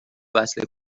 وصله